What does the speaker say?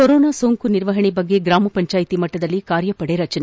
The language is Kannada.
ಕೊರೊನಾ ಸೋಂಕು ನಿರ್ವಹಣೆ ಬಗ್ಗೆ ಗ್ರಾಮ ಪಂಚಾಯಿತಿ ಮಟ್ಟದಲ್ಲಿ ಕಾರ್ಯಪಡೆ ರಚನೆ